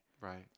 Right